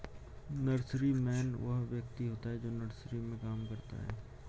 nurseryman वह व्यक्ति होता है जो नर्सरी में काम करता है